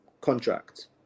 contract